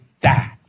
die